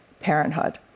parenthood